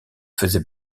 faisait